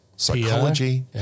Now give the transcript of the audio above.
psychology